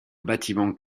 bâtiment